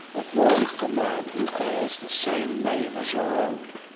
avoid the man who bears the same name as your own.